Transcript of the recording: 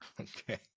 okay